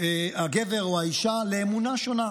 הגבר או האישה, לאמונה שונה,